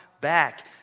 back